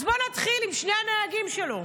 אז בואו נתחיל עם שני הנהגים שלו.